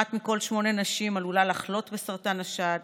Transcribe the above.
אחת מכל שמונה נשים עלולה לחלות בסרטן השד,